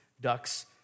ducks